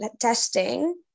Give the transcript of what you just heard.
testing